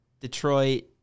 detroit